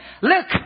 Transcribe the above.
look